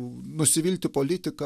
nusivilti politika